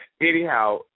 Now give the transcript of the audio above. Anyhow